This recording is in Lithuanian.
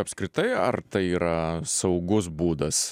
apskritai ar tai yra saugus būdas